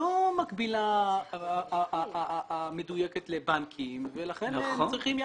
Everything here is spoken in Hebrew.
לא מקבילה מדויקת לבנקים ולכן הם צריכים יחס.